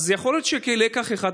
אז יכול להיות שכלקח אחד,